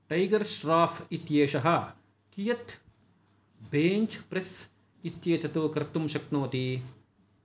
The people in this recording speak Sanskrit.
टैगर् श्राफ़् इत्येषः कियत् बेञ्च् प्रेस् इत्येतत् कर्तुं शक्नोति